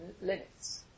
limits